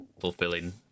fulfilling